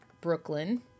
Brooklyn